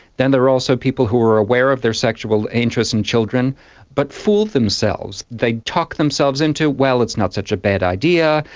then there are also people who are aware of their sexual interest in children but fool themselves, they talk themselves into well it's not such a bad idea,